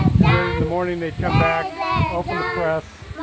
and then in the morning they'd come back open the press,